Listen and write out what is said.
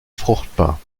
fruchtbar